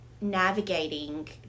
navigating